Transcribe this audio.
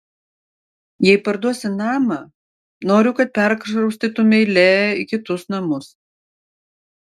jei parduosi namą noriu kad perkraustytumei lee į kitus namus